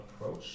Approach